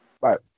Right